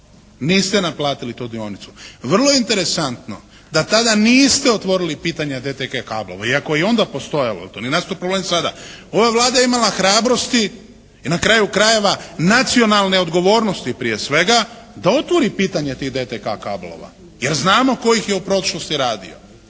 Niste naplatili tu dionicu. Vrlo je interesantno da tada niste otvorili pitanje DTK-a kablova iako je i onda postojalo to. Ne nastupa to sada. Ova Vlada je imala hrabrosti i na kraju krajeva nacionalne odgovornosti prije svega da otvori pitanje tih DTK-a kablova. Jer znamo tko ih je u prošlosti radio.